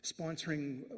sponsoring